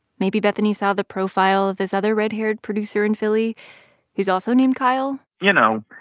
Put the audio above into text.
maybe bethany saw the profile of this other red-haired producer in philly who's also named kyle you know,